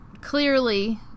Clearly